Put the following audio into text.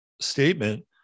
statement